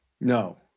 No